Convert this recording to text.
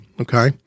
Okay